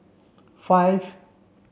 five